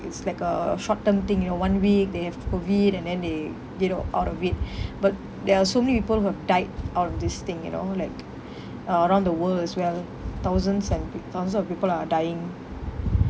it's like a short term thing you know one week they have COVID and then they get uh out of it but there are so many people who have died out of this thing you know like uh around the world as well thousands and peo~ thousands of people are dying